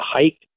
hike